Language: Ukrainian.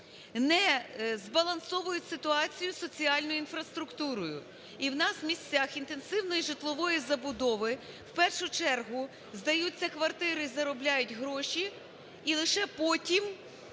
не збалансовують ситуацію соціальною інфраструктурою, і у нас в місцях інтенсивної житлової забудови в першу чергу здаються квартири і заробляють гроші, і лише потім